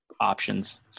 options